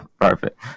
perfect